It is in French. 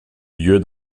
lieu